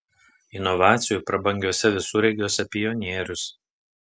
inovacijų prabangiuose visureigiuose pionierius